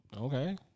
Okay